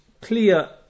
clear